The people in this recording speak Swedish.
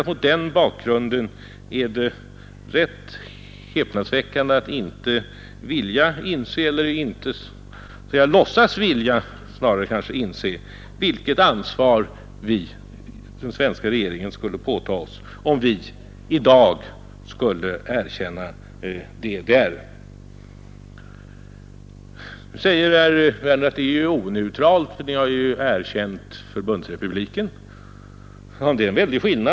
Mot den bakgrunden tycker jag det är rätt häpnadsväckande att inte vilja inse, eller snarare kanske inte låtsas vilja inse vilket ansvar den svenska regeringen skulle påta sig om vi i dag skulle erkänna DDR. Nu säger herr Werner att det är oneutralt, för Sverige har ju erkänt Förbundsrepubliken. Ja, visst har vi erkänt Förbundsrepubliken.